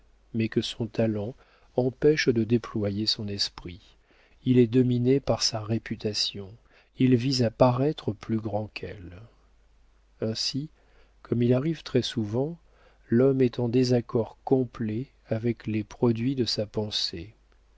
mais que son talent empêche de déployer son esprit il est dominé par sa réputation il vise à paraître plus grand qu'elle ainsi comme il arrive très souvent l'homme est en désaccord complet avec les produits de sa pensée